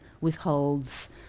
withholds